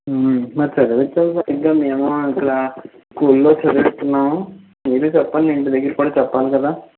మరి చదివించాలి సరిగ్గా మేము ఇక్కడ స్కూల్లో చదివిస్తున్నాము మీరూ చెప్పండి ఇంటి దగ్గర కూడా చెప్పాలి కదా